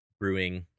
brewing